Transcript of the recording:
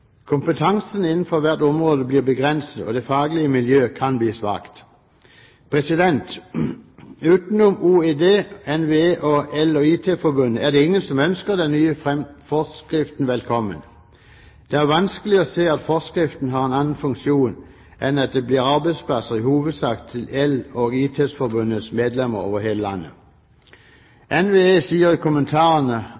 Kompetansen innen hvert område blir begrenset, og det faglige miljøet kan bli svakt. Utenom Olje- og energidepartementet, NVE og EL & IT Forbundet, er det ingen som ønsker den nye forskriften velkommen. Det er vanskelig å se at forskriften har en annen funksjon enn at det blir arbeidsplasser i hovedsak for EL & IT Forbundets medlemmer over hele landet.